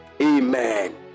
Amen